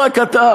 לא רק אתה,